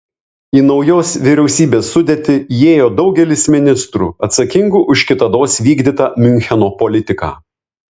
į naujos vyriausybės sudėtį įėjo daugelis ministrų atsakingų už kitados vykdytą miuncheno politiką